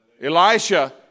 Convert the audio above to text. Elisha